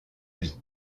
vie